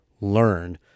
learn